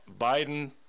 Biden